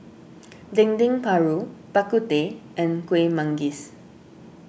Dendeng Paru Bak Kut Teh and Kuih Manggis